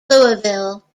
louisville